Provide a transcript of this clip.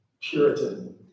Puritan